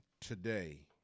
today